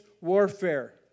warfare